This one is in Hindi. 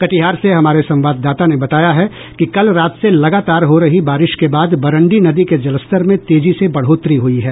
कटिहार से हमारे संवाददाता ने बताया है कि कल रात से लगातार हो रही बारिश के बाद बरंडी नदी के जलस्तर में तेजी से बढ़ोतरी हुई है